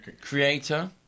Creator